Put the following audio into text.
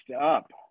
up